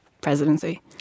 presidency